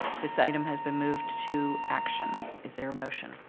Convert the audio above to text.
this item has been moved to action. is there a motion?